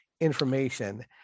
information